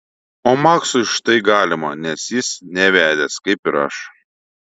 o maksui štai galima nes jis nevedęs kaip ir aš